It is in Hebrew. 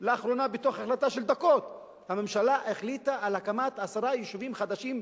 לאחרונה בתוך החלטה של דקות הממשלה החליטה על הקמת עשרה יישובים חדשים,